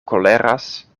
koleras